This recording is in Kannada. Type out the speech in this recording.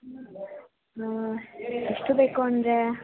ಎಷ್ಟು ಬೇಕು ಅಂದರೆ